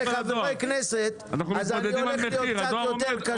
חברי הכנסת אז אני הולך להיות קצת יותר קשוח.